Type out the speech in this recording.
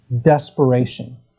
desperation